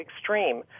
extreme